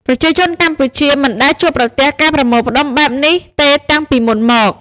ប្រជាជនកម្ពុជាមិនដែលជួបប្រទះការប្រមូលផ្តុំបែបនេះទេតាំងពីមុនមក។